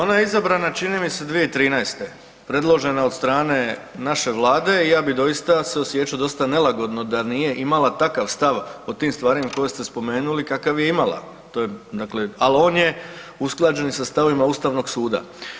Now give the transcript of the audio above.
Dakle, ona je izabrana čini mi se 2013., predložena od strane naše vlade i ja bi doista se osjećao dosta nelagodno da nije imala takav stav o takvim stvarima koje ste spomenuli kakav je imala, ali on je usklađen sa stavovima Ustavnog suda.